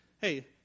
hey